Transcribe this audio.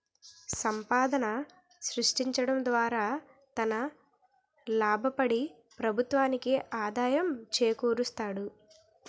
సంపాదన సృష్టించడం ద్వారా తన లాభపడి ప్రభుత్వానికి ఆదాయం చేకూరుస్తాడు